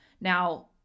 Now